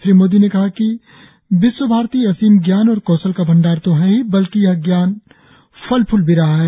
श्री मोदी ने कहा कि विश्व भारती असीम जान और कौशल का भंडार तो है ही बल्कि यह ज्ञान फल फूल भी रहा है